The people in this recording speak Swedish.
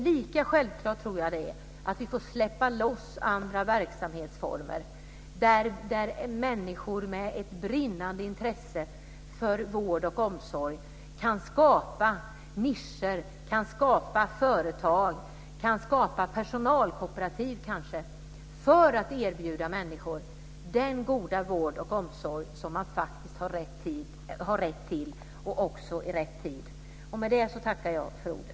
Lika självklart är det att vi får släppa loss andra verksamhetsformer, där människor med ett brinnande intresse för vård och omsorg kan skapa nischer, företag, personalkooperativ, för att erbjuda människor den goda vård och omsorg som man faktiskt har rätt till och i rätt tid. Med detta tackar jag för ordet.